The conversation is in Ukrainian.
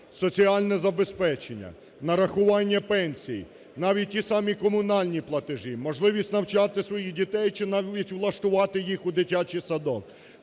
соціальне забезпечення, нарахування пенсій, навіть ті самі комунальні платежі, можливість навчати своїх дітей чи навіть влаштувати їх у дитячій садок